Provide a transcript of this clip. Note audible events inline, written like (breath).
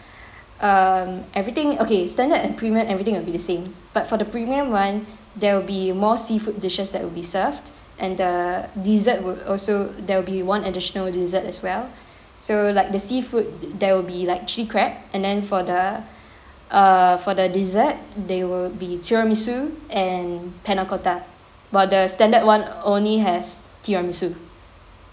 (breath) um everything okay standard and premium everything will be the same but for the premium one there will be more seafood dishes that will be served and the dessert would also there will be one additional dessert as well so like the seafood there will be like chilli crab and then for the err for the dessert they would be tiramisu and panna cotta but the standard one only has tiramisu